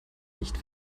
nicht